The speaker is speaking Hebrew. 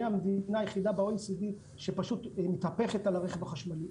המדינה היחידה ב-OECD שפשוט מתהפכת על הרכב החשמלי.